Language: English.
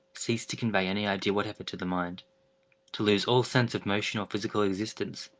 ceased to convey any idea whatever to the mind to lose all sense of motion or physical existence,